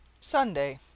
Sunday